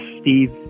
Steve